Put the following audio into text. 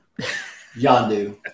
Yondu